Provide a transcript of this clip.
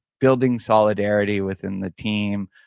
building solidarity within the team,